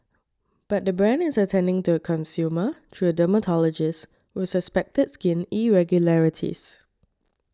but the brand is attending to a consumer through a dermatologist with suspected skin irregularities